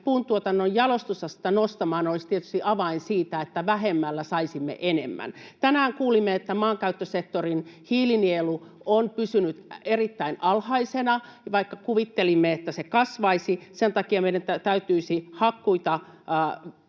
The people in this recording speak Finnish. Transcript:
puuntuotannon jalostusastetta nostamaan, olisi tietysti avain siihen, että vähemmällä saisimme enemmän. Tänään kuulimme, että maankäyttösektorin hiilinielu on pysynyt erittäin alhaisena, vaikka kuvittelimme, että se kasvaisi. Sen takia meidän täytyisi hakkuita